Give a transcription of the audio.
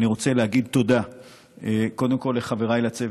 אני רוצה להגיד תודה קודם כול לחבריי לצוות.